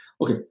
Okay